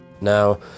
Now